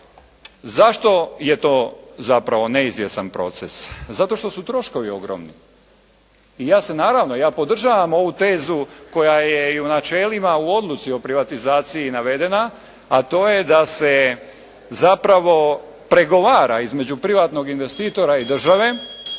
Zašto je to zapravo neizvjestan proces? Zato što su troškovi ogromni i ja se naravno, ja podržavam ovu tezu koja je i u načelima u odluci o privatizaciji navedena, a to je da se zapravo pregovara između privatnog investitora i države.